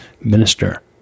minister